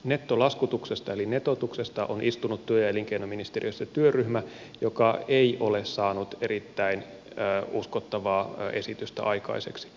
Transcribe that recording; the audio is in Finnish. nettolaskutuksesta eli netotuksesta on istunut työ ja elinkeinoministeriössä työryhmä joka ei ole saanut erittäin uskottavaa esitystä aikaiseksi